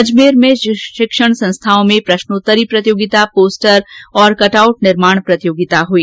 अजमेर में शिक्षण संस्थाओं में प्रश्नोत्तरी प्रतियोगिता पोस्टर और कट आउट निर्माण प्रतियोगिताएं हुई